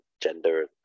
gender